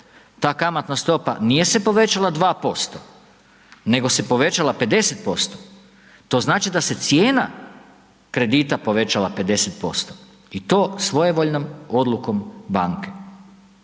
ta kamatna stopa nije se povećala 2%, nego se povećala 50%. To znači da se cijena kredita povećala 50% i to svojevoljnom odlukom banke.